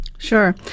Sure